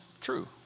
true